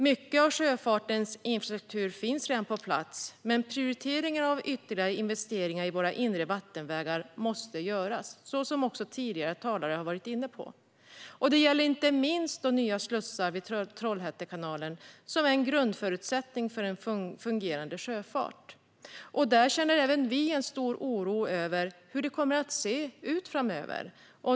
Mycket av sjöfartens infrastruktur finns redan på plats, men en prioritering av ytterligare investeringar i våra inre vattenvägar måste göras, vilket tidigare talare varit inne på. Det gäller inte minst nya slussar i Trollhätte kanal, som är en grundförutsättning för en fungerande sjöfart där. Även vi känner stor oro för hur det kommer att se ut framöver.